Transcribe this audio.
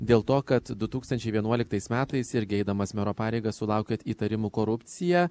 dėl to kad du tūkstančiai vienuoliktais metais irgi eidamas mero pareigas sulaukėt įtarimų korupcija